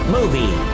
Movie